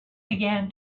began